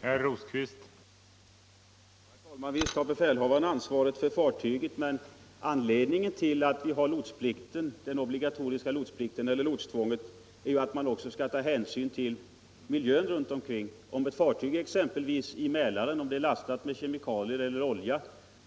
Herr talman! Visst har befälhavaren ansvaret för fartyget, men anledningen till det obligatoriska lotstvånget var ju att man även ville ta hänsyn till miljön runt omkring. Om ett fartyg, som är lastat med kemikalier eller olja,